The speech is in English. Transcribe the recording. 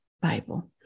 Bible